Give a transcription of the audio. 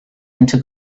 into